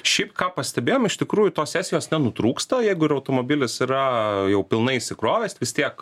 šiaip ką pastebėjom iš tikrųjų tos sesijos nenutrūksta jeigu ir automobilis yra jau pilnai įsikrovęs vis tiek